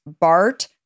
Bart